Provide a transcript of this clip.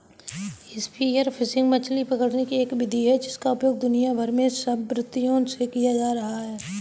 spear fishing मछली पकड़ने की एक विधि है जिसका उपयोग दुनिया भर में सहस्राब्दियों से किया जाता रहा है